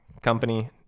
Company